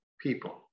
people